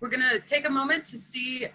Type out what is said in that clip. we're going to take a moment to see